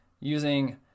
using